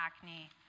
acne